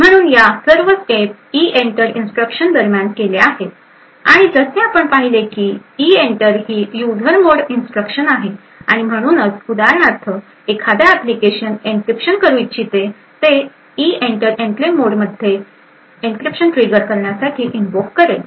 म्हणून या सर्व स्टेप इइंटर इंस्ट्रक्शन दरम्यान केल्या आहेत आणि जसे आपण पाहिले आहे की इइंटर ही एक यूजर मोड इंस्ट्रक्शन आहे आणि म्हणूनच उदाहरणार्थ एखादा ऍप्लिकेशन इंक्रीप्शन करू इच्छिते ते इइंटर एन्क्लेव मोडमध्ये एन्क्रिप्शन ट्रिगर करण्यासाठी इनव्होक करेल